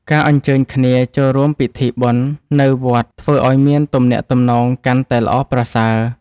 ការអញ្ជើញគ្នាចូលរួមពិធីបុណ្យនៅវត្តធ្វើឱ្យមានទំនាក់ទំនងកាន់តែល្អប្រសើរ។